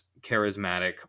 charismatic